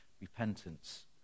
Repentance